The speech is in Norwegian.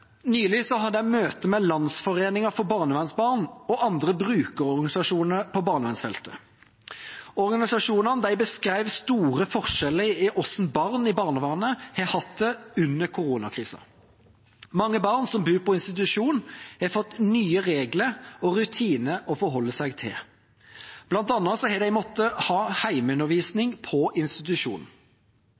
hadde jeg møte med Landsforeningen for barnevernsbarn og andre brukerorganisasjoner på barnevernsfeltet. Organisasjonene beskrev store forskjeller i hvordan barn i barnevernet har hatt det under koronakrisa. Mange barn som bor på institusjon, har fått nye regler og rutiner å forholde seg til. Blant annet har de måttet ha hjemmeundervisning på institusjonen.